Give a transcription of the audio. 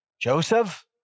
Joseph